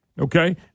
Okay